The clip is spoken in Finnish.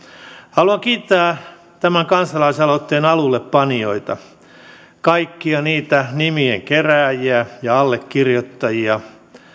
haluan kiittää tämän kansalaisaloitteen alullepanijoita kaikkia niitä nimienkerääjiä ja allekirjoittajia